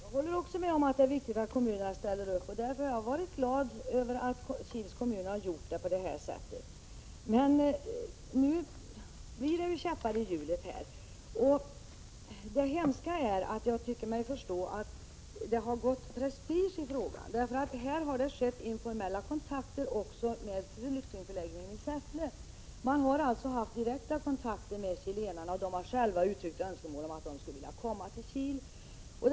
Herr talman! Jag håller med om att det är viktigt att kommunerna ställer upp, och därför är jag glad över att Kils kommun har gjort det. Men nu sätts det ju käppar i hjulet. Det hemska är att det, såvitt jag förstår, har gått prestige i frågan. Här har det tagits informella kontakter med flyktingförläggningen i Säffle. Man har också haft direkta kontakter med chilenarna, och dessa har själva uttryckt önskemål om att få komma till Kil.